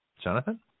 Jonathan